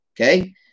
Okay